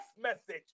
message